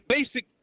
Basic